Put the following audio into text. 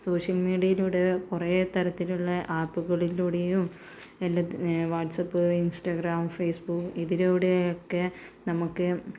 social മീഡിയയിലൂടെ കുറേ തരത്തിലുള്ള ആപ്പുകളിലൂടെയും എല്ലത് വാട്സ്ആപ്പ് ഇൻസ്റ്റഗ്രാം ഫേസ്ബുക്ക് ഇതിലൂടെയൊക്കെ നമുക്ക്